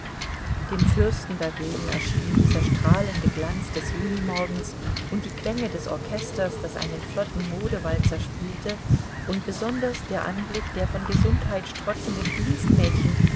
dem fürsten dagegen erschien dieser strahlende glanz des junimorgens und die klänge des orchesters das einen flotten modewalzer spielte und besonders der anblick der von gesundheit strotzenden dienstmädchen